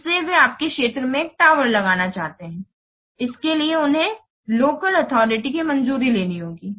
इसलिए वे आपके क्षेत्र में एक टावर लगाना चाहते हैं इसके लिए उन्हें लोकल अथॉरिटी की मंजूरी लेनी होगी